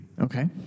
Okay